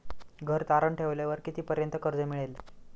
घर तारण ठेवल्यावर कितीपर्यंत कर्ज मिळेल?